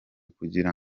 kugira